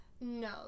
No